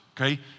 okay